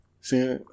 See